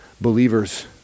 believers